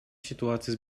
ситуации